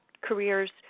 careers